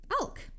elk